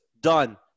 Done